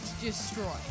Destroy